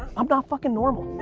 i'm not fucking normal.